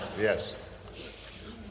Yes